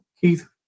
Keith